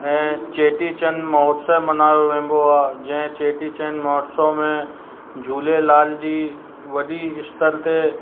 ऐं चेटीचंड महोत्सव मल्हायो वञिबो आहे जंहिं चेटीचंड महोत्सव में झूलेलाल जी वॾी स्तर ते